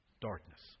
Darkness